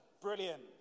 Brilliant